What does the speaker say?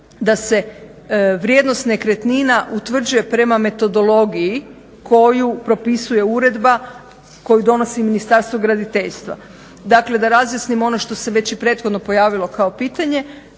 da se vrijednost nekretnina utvrđuje prema metodologiji koju propisuje uredba koju donosi Ministarstvo graditeljstva. Dakle, da razjasnimo ono što se već i prethodno pojavilo kao pitanje,